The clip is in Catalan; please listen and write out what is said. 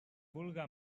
vulga